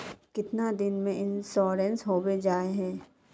कीतना दिन में इंश्योरेंस होबे जाए है?